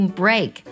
break